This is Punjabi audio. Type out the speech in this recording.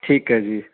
ਠੀਕ ਹੈ ਜੀ